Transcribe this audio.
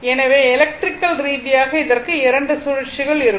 எனவே எலெக்ட்ரிகல் ரீதியாக இதற்கு இது 2 சுழற்சிகள் இருக்கும்